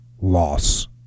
loss